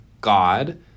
God